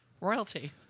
royalty